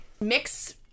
mix